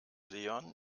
leon